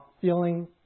feeling